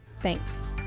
Thanks